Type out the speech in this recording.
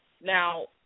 now